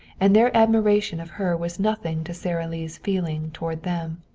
and their admiration of her was nothing to sara lee's feeling toward them.